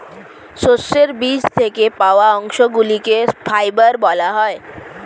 সর্ষের বীজ থেকে পাওয়া অংশগুলিকে ফাইবার বলা হয়